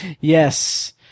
Yes